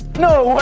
no